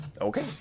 Okay